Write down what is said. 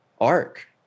arc